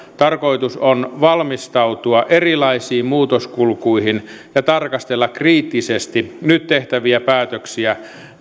tarkoitus on valmistautua erilaisiin muutoskulkuihin ja tarkastella kriittisesti nyt tehtäviä päätöksiä